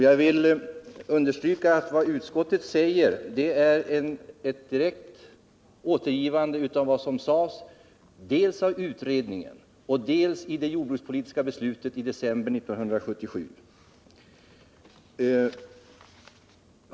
Jag vill understryka att utskottsmajoritetens skrivning på den här punkten är ett direkt återgivande av vad som sades dels av utredningen, dels i det jordbrukspolitiska beslutet i december 1977.